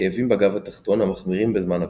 כאבים בגב התחתון המחמירים בזמן הווסת,